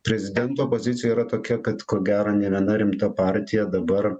prezidento pozicija yra tokia kad ko gero nė viena rimta partija dabar